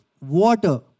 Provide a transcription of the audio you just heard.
water